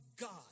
God